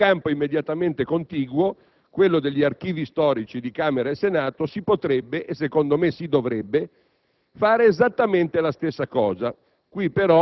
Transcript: In un campo immediatamente contiguo, quello degli archivi storici di Camera e Senato, si potrebbe - e secondo me si dovrebbe - fare esattamente la stessa cosa.